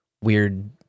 weird